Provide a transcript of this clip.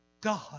God